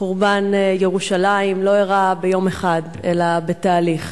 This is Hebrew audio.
חורבן ירושלים לא אירע ביום אחד אלא בתהליך.